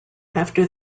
after